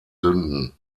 sünden